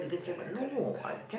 correct correct correct